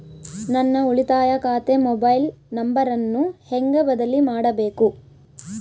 ನನ್ನ ಉಳಿತಾಯ ಖಾತೆ ಮೊಬೈಲ್ ನಂಬರನ್ನು ಹೆಂಗ ಬದಲಿ ಮಾಡಬೇಕು?